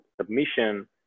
submission